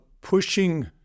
pushing